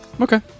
okay